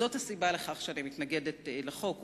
זאת הסיבה לכך שאני מתנגדת לחוק,